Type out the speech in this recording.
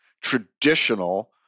traditional